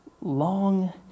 long